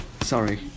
Sorry